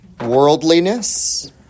worldliness